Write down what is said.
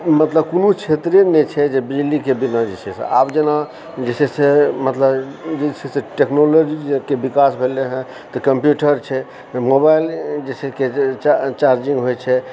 तऽ मतलब कोनो क्षेत्रे नहि छै जे बिजलीके बिना जे छै से आब जे जेना जे छै से मतलब जे छै से टेक्नोलॉजीके विकास भेलय हँ तऽ कम्प्युटर छै मोबाइलके जे छै से रिचार्जिंग होइत छै